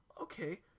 okay